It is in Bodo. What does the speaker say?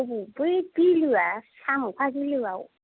बै बिलोया सामखा बिलोआव